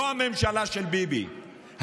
לא הממשלה של ביבי,